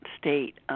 state